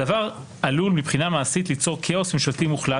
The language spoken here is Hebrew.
הדבר עלול מבחינה מעשית ליצור כאוס ממשלתי מוחלט,